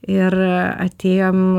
ir atėjom